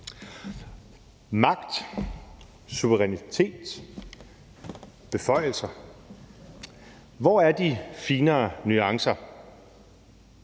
Magt, suverænitet, beføjelser – hvor er de finere nuancer?